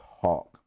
talk